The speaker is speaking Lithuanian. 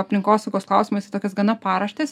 aplinkosaugos klausimas į tokias gana paraštes